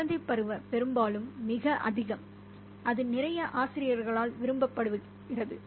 குழந்தைப் பருவம் பெரும்பாலும் மிக அதிகம் இது நிறைய ஆசிரியர்களால் விரும்பப்படுகிறது